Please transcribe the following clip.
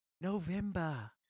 November